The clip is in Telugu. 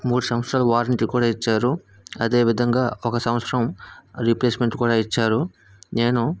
మూడు సంవత్సరాల వారంటీ కూడా ఇచ్చారు అదేవిధంగా ఒక సంవత్సరం రిప్లేస్మెంట్ కూడా ఇచ్చారు నేను